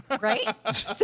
Right